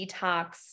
detox